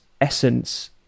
essence